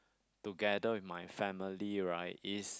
together with my family right is